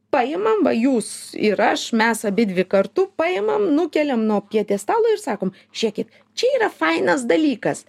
paimam va jūs ir aš mes abidvi kartu paimam nukeliam nuo pjedestalo ir sakom žiūrėkit čia yra fainas dalykas